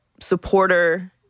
supporter